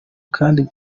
kamwe